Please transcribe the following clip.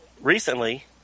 recently